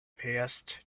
passed